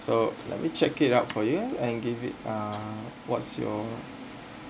so let me check it out for you and give it uh what's your